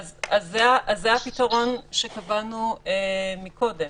אז זה הפתרון שקבענו מקודם.